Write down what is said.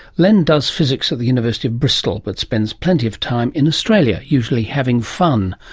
len does physics at the university of bristol, but spends plenty of time in australia, usually having fun.